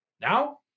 now